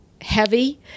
heavy